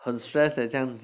很 stress ah 这样子